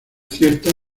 ciertas